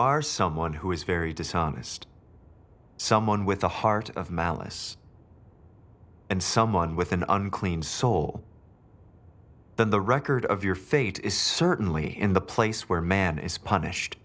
are someone who is very dishonest someone with a heart of malice and someone with an unclean soul then the record of your faith is certainly in the place where man is punished